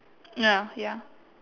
ya ya